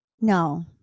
No